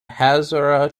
hazara